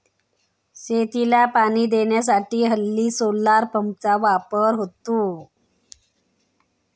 शेतीला पाणी देण्यासाठी हल्ली सोलार पंपचा वापर होतो